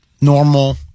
normal